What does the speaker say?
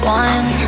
one